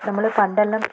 നമ്മൾ പണ്ടെല്ലാം